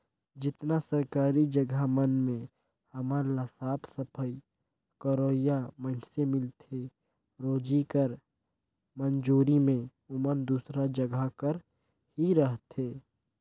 जेतना सरकारी जगहा मन में हमन ल साफ सफई करोइया मइनसे मिलथें रोजी कर मंजूरी में ओमन दूसर जगहा कर ही रहथें